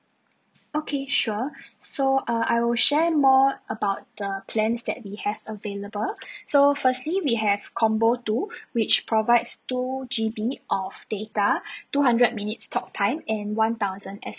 okay sure so uh I will share more about the plans that we have available so firstly we have combo two which provides two G_B of data two hundred minutes talk time and one thousand